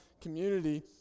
community